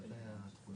נחזור